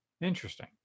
interesting